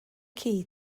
key